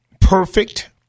perfect